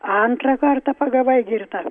antrą kartą pagavai girtą